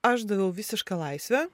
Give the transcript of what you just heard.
aš daviau visišką laisvę